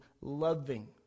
loving